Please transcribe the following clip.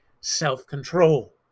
self-control